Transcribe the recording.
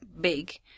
big